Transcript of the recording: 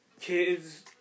kids